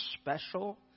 special